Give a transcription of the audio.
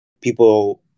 people